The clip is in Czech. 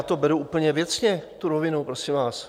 Já to beru úplně věcně, tu rovinu, prosím vás.